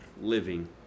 living